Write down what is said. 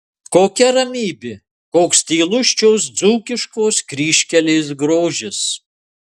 kokia ramybė koks tylus šios dzūkiškos kryžkelės grožis